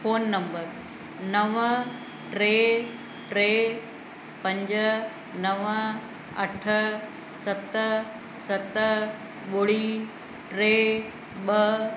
phone number नव टे टे पंज नव अठ सत सत ॿुड़ी टे ॿ